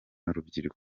urubyiruko